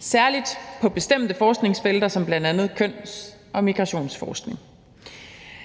særlig på bestemte forskningsfelter som bl.a. køns- og migrationsforskning.